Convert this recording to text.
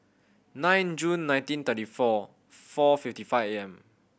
nine June nineteen thirty four four fifty five A M